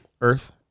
Earth